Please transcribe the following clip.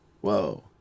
Whoa